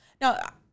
Now